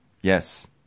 Yes